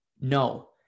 No